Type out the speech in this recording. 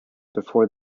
before